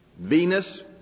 Venus